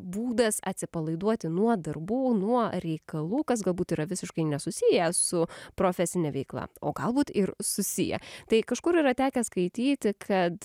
būdas atsipalaiduoti nuo darbų nuo reikalų kas galbūt yra visiškai nesusiję su profesine veikla o galbūt ir susiję tai kažkur yra tekę skaityti kad